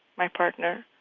my partner.